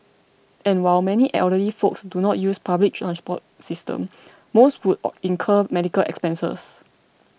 and while many elderly folks do not use the public transport system most would or incur medical expenses